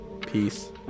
Peace